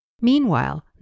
Meanwhile